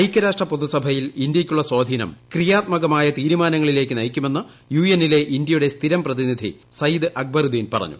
ഐക്യരാഷ്ട്ര പൊതുസഭയിൽ ഇന്ത്യയ്ക്കുള്ള സ്വാധീനം ക്രിയാത്മകമായ തീരുമാനങ്ങളിലേക്ക് നയിക്കുമെന്ന് യു എൻ ലെ ഇന്ത്യയുടെ സ്ഥിരം പ്രതിനിധി സയിദ് അക്ബറുദ്ദീൻ പറഞ്ഞു